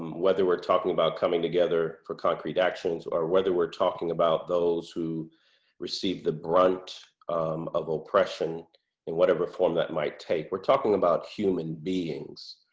whether we're talking about coming together for concrete actions or whether we're talking about those who receive the brunt of oppression in whatever form that might take, we're talking about human beings,